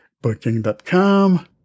booking.com